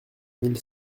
mille